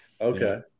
Okay